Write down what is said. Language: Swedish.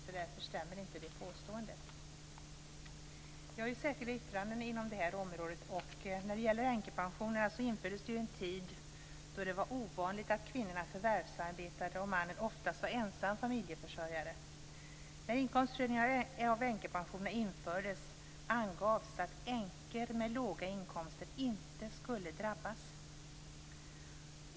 Därför stämmer inte det påståendet. Vi har ett särskilt yttrande inom det här området. Änkepensionerna infördes under en tid då det var ovanligt att kvinnorna förvärvsarbetade och mannen oftast var ensam familjeförsörjare. När inkomstutredning av änkepensioner infördes angavs att änkor med låga inkomster inte skulle drabbas.